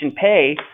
pay